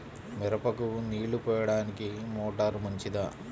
మిరపకు నీళ్ళు పోయడానికి మోటారు మంచిదా?